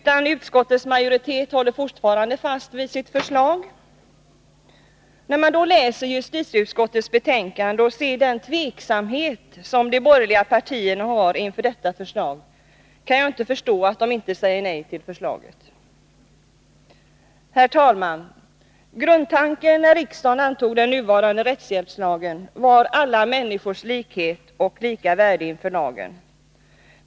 Men utskottets majoritet håller fortfarande fast vid sitt förslag. När jag läser justitieutskottets betänkande och ser den tveksamhet som de borgerliga partierna har inför detta förslag, kan jag inte förstå att de inte säger nej till förslaget. Herr talman! Grundtanken, när riksdagen antog den nuvarande rättshjälpslagen, var alla människors likhet och lika värde inför lagen.